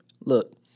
Look